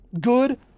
good